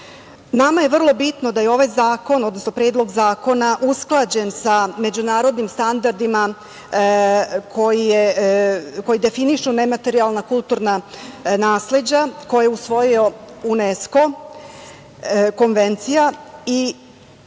je vrlo bitno da je ovaj zakon, odnosno predlog zakona usklađen sa međunarodnim standardima koji definišu nematerijalna kulturna nasleđa koja je usvojio UNESKO, konvencija, i